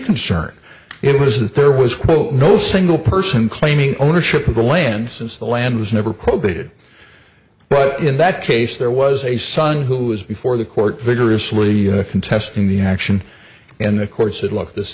concerns it was that there was no single person claiming ownership of the land since the land was never quoted but in that case there was a son who was before the court vigorously contesting the action and the court said look this